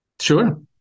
Sure